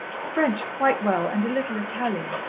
french quite well and a little italian.